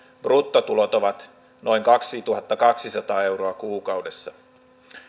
bruttotulot ovat noin kaksituhattakaksisataa euroa kuukaudessa